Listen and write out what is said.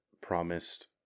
promised